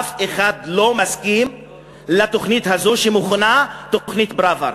אף אחד לא מסכים לתוכנית הזו שמכונה תוכנית פראוור.